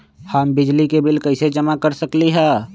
हम बिजली के बिल कईसे जमा कर सकली ह?